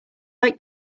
like